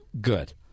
Good